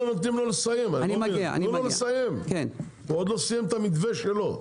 הוא עוד לא סיים את המתווה שלו.